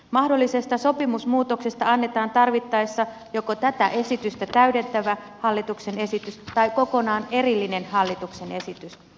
mahdollisesta sopimusmuutoksesta annetaan tarvittaessa joko tätä esitystä täydentävä hallituksen esitys tai kokonaan erillinen hallituksen esitys